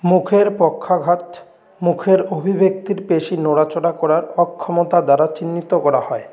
মুখের পক্ষাঘাত মুখের অভিব্যক্তির পেশী নড়াচড়া করার অক্ষমতা দ্বারা চিহ্নিত করা হয়